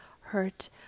Hurt